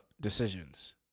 Decisions